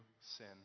sin